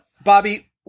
Bobby